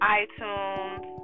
iTunes